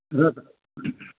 र त